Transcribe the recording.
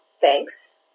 thanks